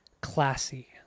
classy